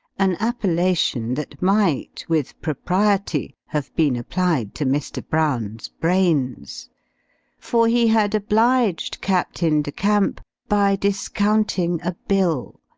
an appellation that might, with propriety, have been applied to mr. brown's brains for he had obliged captain de camp by discounting a bill,